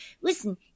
Listen